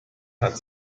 hat